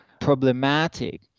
problematic